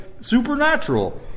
supernatural